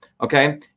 Okay